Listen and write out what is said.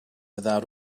without